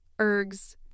ergs